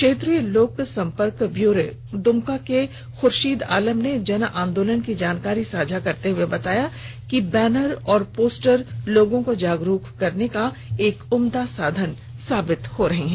क्षेत्रीय लोक संपर्क ब्यूरो दुमका के खुर्शीद आलम ने जन आंदोलन की जानकारी साझा करते हुए बताया कि बैनर और पोस्टर लोगों को जागरूक करने का एक उम्दा साधन साबित हो रहे हैं